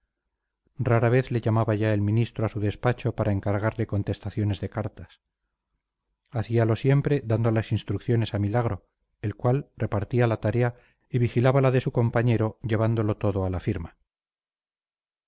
rara vez le llamaba ya el ministro a su despacho para encargarle contestaciones de cartas hacíalo siempre dando las instrucciones a milagro el cual repartía la tarea y vigilaba la de su compañero llevándolo todo a la firma